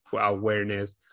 awareness